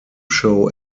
show